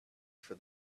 for